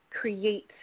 create